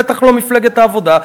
בטח לא מפלגת העבודה,